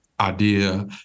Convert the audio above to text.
Idea